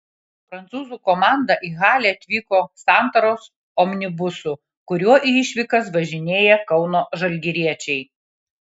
prancūzų komanda į halę atvyko santaros omnibusu kuriuo į išvykas važinėja kauno žalgiriečiai